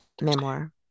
memoir